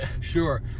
sure